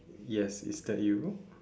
yes is that you